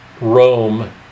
Rome